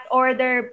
order